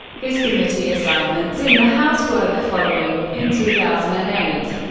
his committee assignments in the house were the following in two thousand and eight,